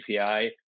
API